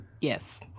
Yes